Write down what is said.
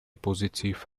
positive